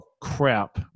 crap